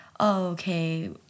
Okay